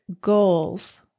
goals